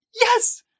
yes